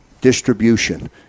distribution